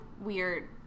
weird